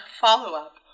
follow-up